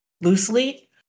loosely